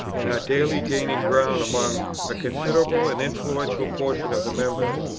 and are daily gaining ground among a considerable and influential portion of the members,